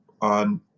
on